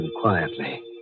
quietly